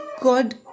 god